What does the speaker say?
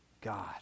God